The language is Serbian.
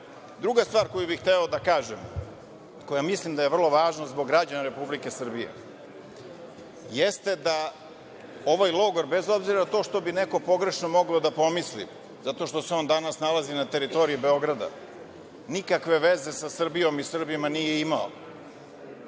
stvar koju bih hteo da kažem, koja mislim da je vrlo važna zbog građana Republike Srbije, jeste da ovaj logor, bez obzira na to što bi neko pogrešno mogao da pomisli zato što se on danas nalazi na teritoriji Beograda, nikakve veze sa Srbijom i Srbima nije